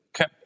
Okay